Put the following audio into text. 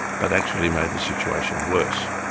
but actually made the situation worse.